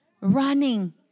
running